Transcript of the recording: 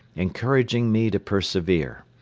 encouraging me to persevere.